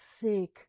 sick